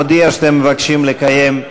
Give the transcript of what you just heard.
מודיע שאתם מבקשים לקיים,